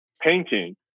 painting